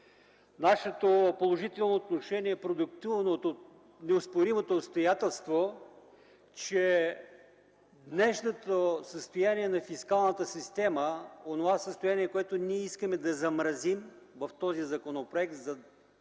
Нашето положително отношение, продиктувано от неоспоримото обстоятелство, че днешното състояние на фискалната система – онова състояние, което ние искаме да замразим в този законопроект